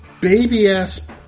baby-ass